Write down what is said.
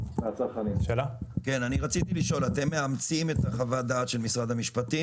אתם מאמצים את חוות הדעת של משרד המשפטים?